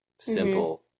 simple